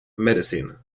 medicine